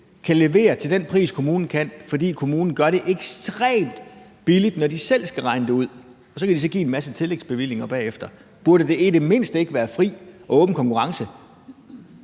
kan levere til den pris, som kommunen kan, for kommunen gør det ekstremt billigt, når de selv skal regne det ud. Så kan de så give en masse tillægsbevillinger bagefter. Burde det i det mindste ikke være fri og åben konkurrence?